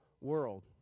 world